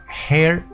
hair